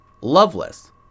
Loveless